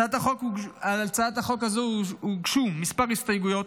על הצעת החוק הזו הוגשו מספר הסתייגויות.